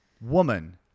woman